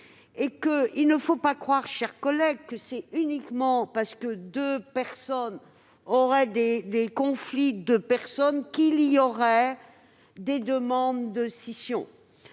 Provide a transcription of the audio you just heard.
Il ne faut pas croire, chers collègues, que c'est uniquement parce que deux personnes seraient en conflit qu'il y aurait des demandes de scission.